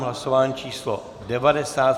Hlasování číslo 90.